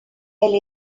elle